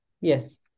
yes